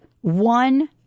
one